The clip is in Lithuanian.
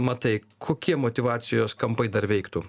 matai kokie motyvacijos kampai dar veiktų